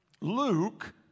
Luke